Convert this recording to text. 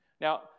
Now